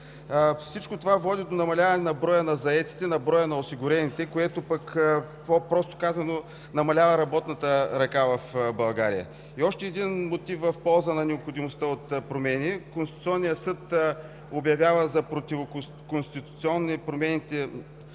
Всичко това води до намаляване броя на заетите, на осигурените, което пък, по-просто казано, намалява работната ръка в България. Още един мотив в полза на необходимостта от промени. Конституционният съд обявява за противоконституционни променените